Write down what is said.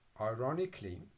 Ironically